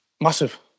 Massive